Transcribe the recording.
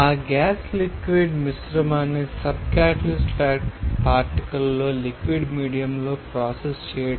ఆ gas liquid మిశ్రమాన్ని sub catalyst పార్టికల్లో లిక్విడ్ మీడియం లో ప్రాసెస్ చేయడం